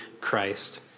Christ